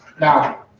Now